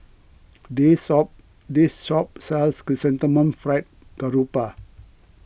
this sold this shop sells Chrysanthemum Fried Garoupa